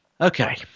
Okay